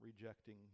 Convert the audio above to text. rejecting